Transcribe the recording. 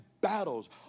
battles